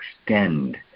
extend